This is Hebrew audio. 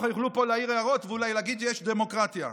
יוכלו להעיר ואולי להגיד: יש דמוקרטיה.